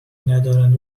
ندارند